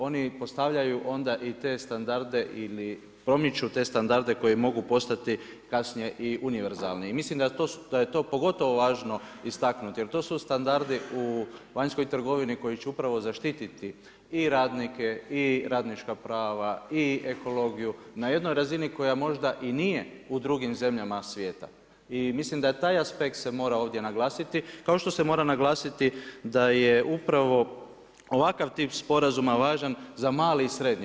Oni postavljaju onda i te standarde, ili promiču te standarde koji mogu postati kasnije i univerzalni i mislim da je to pogotovo važno istaknuti, jer to su standardi u vanjskoj trgovini koji će upravo zaštiti i radnike i radnička prava i ekologiju na jednoj razini koja možda i nije u drugim zemljama svijeta i mislim da taj aspekt se mora ovdje naglasiti, kao što se mora naglasiti da je upravo ovakav tip sporazum važan za male i srednje.